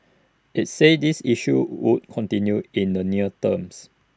IT said these issues would continue in the near terms